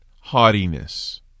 Haughtiness